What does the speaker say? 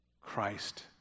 Christ